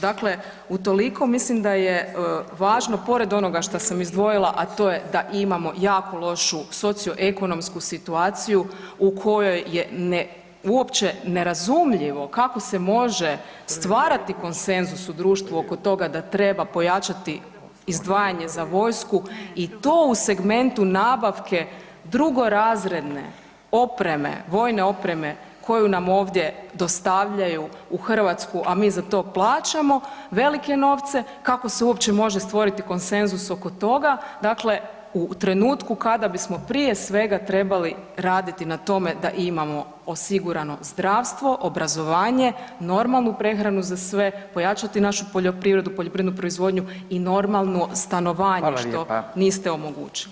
Dakle, utoliko mislim da je važno pored onoga šta sam izdvojila, a to je da imamo jako lošu socioekonomsku situaciju u kojoj je uopće nerazumljivo kako se može stvarati konsenzus u društvu oko toga da treba pojačati izdvajanje za vojsku i to u segmentu nabavke drugorazredne opreme, vojne opreme koju na ovdje dostavljaju u Hrvatsku, a mi za to plaćamo velike novce, kako se uopće može stvoriti konsenzus oko toga, dakle u trenutku kada bismo prije svega trebali raditi na tome da imamo osigurano zdravstvo, osiguranje, normalnu prehranu za sve, pojačati našu poljoprivredu, poljoprivrednu proizvodnju i normalno stanovanje [[Upadica: Fala lijepa]] što niste omogućili.